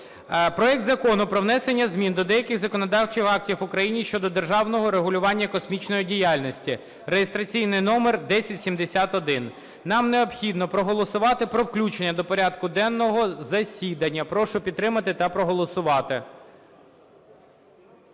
Проект Закону про внесення змін до деяких законодавчих актів України щодо державного регулювання космічної діяльності (реєстраційний номер 1071). Нам необхідно проголосувати про включення до порядку денного засідання. Прошу підтримати та проголосувати.